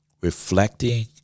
reflecting